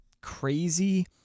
crazy